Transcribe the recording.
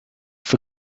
for